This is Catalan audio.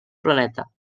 planeta